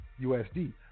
USD